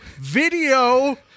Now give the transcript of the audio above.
video